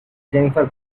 jennifer